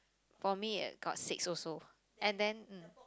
for me got six also and then mm